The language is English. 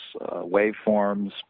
waveforms